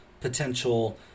potential